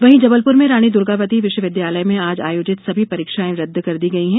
वहीं जबलपुर में रानी दुर्गावती विश्वविद्यालय में आज आयोजित सभी परीक्षाएं रद्द कर दी गयी हैं